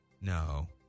No